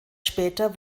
später